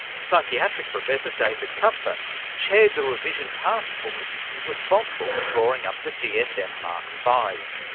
psychiatric professor david kupfer chaired the revision taskforce responsible for drawing up the dsm um five.